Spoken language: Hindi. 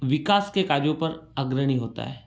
विकास के कार्यों पर अग्रणी होता है